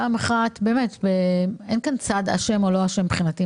פעם אחת, באמת, אין כאן צד אשם או לא אשם מבחינתי.